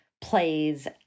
plays